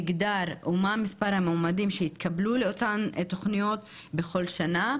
מגדר ומה מספר המועמדים שהתקבלו לאותן תכניות בכל שנה.